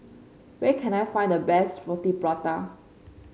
where can I find the best Roti Prata